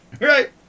Right